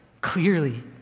clearly